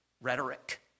rhetoric